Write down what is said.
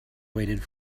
waited